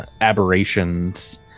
aberrations